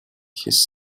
his